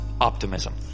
optimism